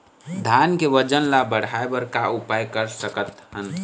धान के वजन ला बढ़ाएं बर का उपाय कर सकथन?